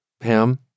Pam